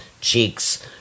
cheeks